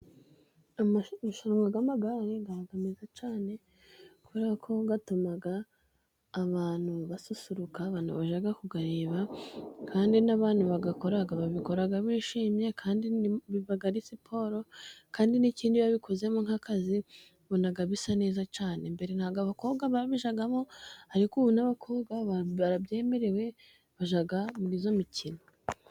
Amarushanwa y'amagare aba meza cyane ,kubera ko atuma abantu basusuruka, Abantu bajya kuyareba kandi n'abandi bayakora babikora bishimye, kandi biba ari siporo kandi n'kindi iyo babikoze nk'akazi ubona bisa neza cyane, mbere ntabwo abakobwa babijyagamo, ariko ubu n'abakobwa barabyemerewe bajya muriyo mikino.